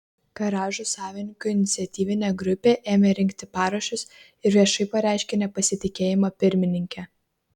garažų savininkų iniciatyvinė grupė ėmė rinkti parašus ir viešai pareiškė nepasitikėjimą pirmininke